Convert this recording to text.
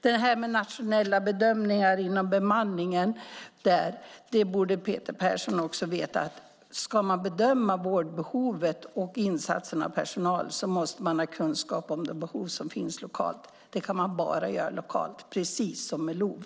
Beträffande nationella bedömningar inom bemanningen borde Peter Persson också veta att om man ska bedöma vårdbehovet och insatsen av personal måste man ha kunskap om de behov som finns lokalt. Det kan man bara göra lokalt, precis som med LOV.